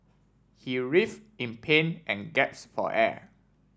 he writhe in pain and gasp for air